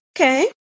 Okay